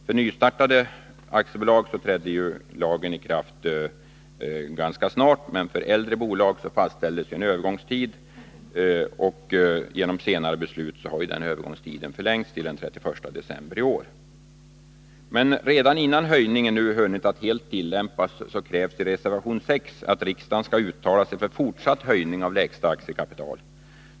För nystartade aktiebolag trädde lagen i kraft ganska snart, men för äldre bolag fastställdes en övergångstid. Genom senare beslut har denna övergångstid utsträckts till den 31 december i år. Men redan innan höjningen hunnit att helt tillämpas krävs i reservation 6 att riksdagen skall uttala sig för fortsatt höjning av lägsta aktiekapital.